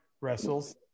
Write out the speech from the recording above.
wrestles